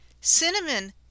Cinnamon